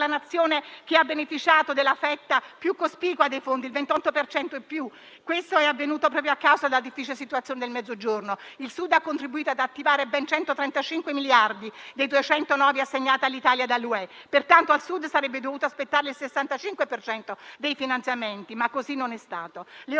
la Nazione che ha beneficiato della fetta più cospicua dei fondi, il 28 per cento in più. Questo è avvenuto proprio a causa della difficile situazione del Mezzogiorno. Il Sud ha contribuito ad attivare ben 135 miliardi, dei 209 assegnati all'Italia dall'Unione europea. Pertanto al Sud sarebbe dovuto spettare il 65 per cento dei finanziamenti, ma così non è stato.